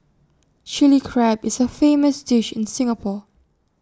Chilli Crab is A famous dish in Singapore